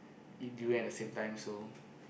eat durian at the same time so